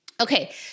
Okay